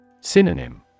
Synonym